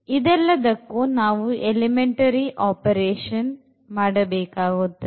ಇದೆಲ್ಲದಕ್ಕೂ ನಾವು elementary operation ಮಾಡಬೇಕಾಗುತ್ತದೆ